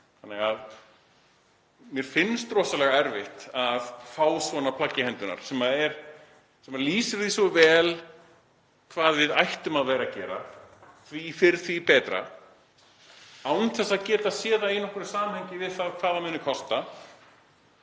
hún kostar. Mér finnst rosalega erfitt að fá svona plagg í hendurnar sem lýsir því svo vel hvað við ættum að vera að gera, því fyrr, því betra, án þess að geta séð það í nokkru samhengi við hvað það mun kosta